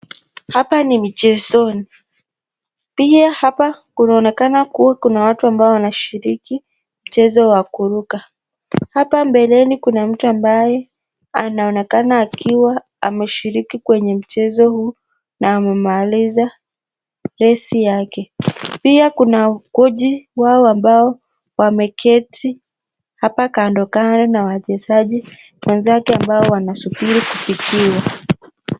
Hapa ni mchezoni pia hapa inaonekana kuwa kuna watu ambao wanashiriki mchezo wa kuruka, hapa mbeleni kuna mtu ambaye anaonekana akiwa ameshikilia kwenye mchezo huu na amemaliza mchezo wake, pia kuna koji yao ambao wameketi hapa kando kando na wachesaji ambao wanasubiri hili kubikiwa.